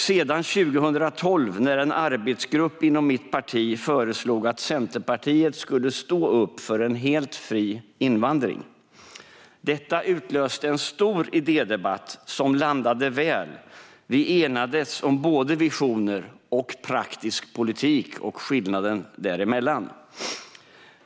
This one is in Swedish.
Sedan var det 2012, när en arbetsgrupp inom mitt parti föreslog att Centerpartiet skulle stå upp för en helt fri invandring. Detta utlöste en stor idédebatt som landade väl; vi enades om både visioner och praktisk politik och skillnaden däremellan.